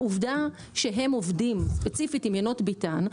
העובדה שהם עובדים ספציפית עם יינות ביתן,